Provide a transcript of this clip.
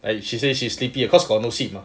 like she say she sleepy cause got no seat mah